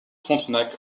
frontenac